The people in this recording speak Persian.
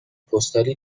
پستالی